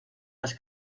las